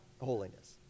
holiness